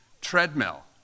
treadmill